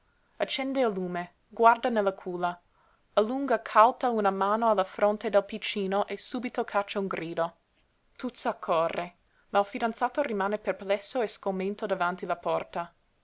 accende il lume guarda nella culla allunga càuta una mano alla fronte del piccino e subito caccia un grido tuzza accorre ma il fidanzato rimane perplesso e sgomento davanti la porta